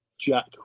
Jack